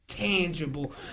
tangible